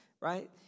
right